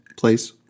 place